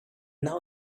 now